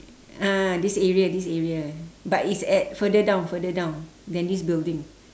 ah this area this area but it's at further down further down than this building